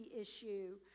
issue